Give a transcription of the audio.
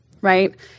right